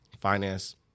finance